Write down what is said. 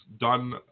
done